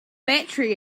battery